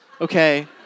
okay